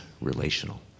relational